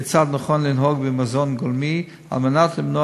כיצד נכון לנהוג במזון גולמי כדי למנוע